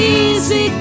easy